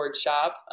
shop